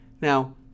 Now